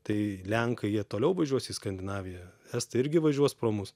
tai lenkai jie toliau važiuos į skandinaviją estai irgi važiuos pro mus